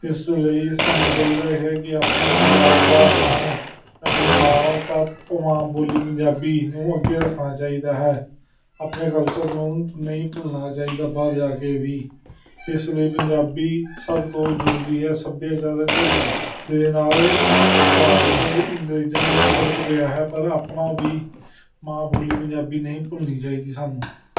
ਇਸ ਲਈ ਸਾਨੂੰ ਚਾਹੀਦਾ ਹੈ ਕਿ ਆਪਣਾ ਪੰਜਾਬ ਦਾ ਨਾਮ ਆਪਣੀ ਮਾਂ ਤਾਂ ਮਾਂ ਬੋਲੀ ਪੰਜਾਬੀ ਨੂੰ ਅੱਗੇ ਰੱਖਣਾ ਚਾਹੀਦਾ ਹੈ ਆਪਣੇ ਕਲਚਰ ਨੂੰ ਨਹੀਂ ਭੁੱਲਣਾ ਚਾਹੀਦਾ ਬਾਹਰ ਜਾ ਕੇ ਵੀ ਇਸ ਲਈ ਪੰਜਾਬੀ ਸਭ ਤੋਂ ਜ਼ਰੂਰੀ ਏ ਸੱਭਿਆਚਾਰਕ ਦੇ ਨਾਲ ਪ੍ਰਭਾਵ ਦੇ ਅੰਗਰੇਜ਼ਾਂ ਫਰਕ ਪਿਆ ਹੈ ਪਰ ਆਪਣਾ ਵੀ ਮਾਂ ਬੋਲੀ ਪੰਜਾਬੀ ਨਹੀਂ ਭੁੱਲਣੀ ਚਾਹੀਦੀ ਸਾਨੂੰ